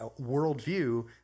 worldview